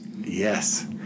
Yes